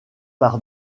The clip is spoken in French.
par